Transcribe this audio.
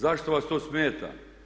Zašto vas to smeta?